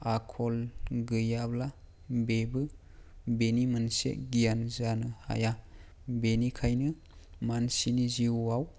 आखल गैयाब्ला बेबो बेनि मोनसे गियान जानो हाया बेनिखायनो मानसिनि जिउआव